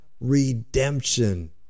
redemption